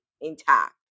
intact